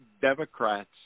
Democrats